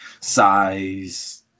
size